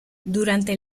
durante